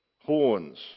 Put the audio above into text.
horns